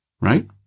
Right